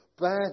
bad